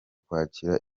kwakira